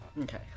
Okay